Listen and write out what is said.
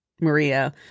Maria –